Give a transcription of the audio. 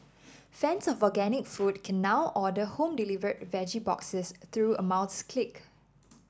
fans of organic food can now order home delivered veggie boxes through a mouse click